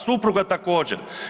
Supruga također.